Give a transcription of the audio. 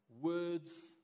words